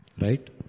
Right